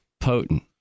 potent